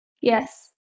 Yes